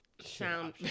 sound